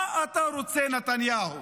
מה אתה רוצה, נתניהו?